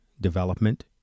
development